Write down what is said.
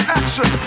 action